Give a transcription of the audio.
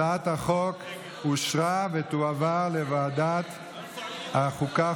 הצעת החוק אושרה ותועבר לוועדת החוקה,